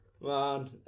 man